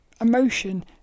emotion